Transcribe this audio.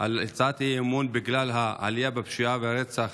על הצעת אי-אמון בגלל העלייה בפשיעה והרצח